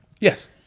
Yes